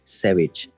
savage